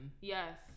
Yes